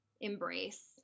embrace